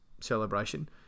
celebration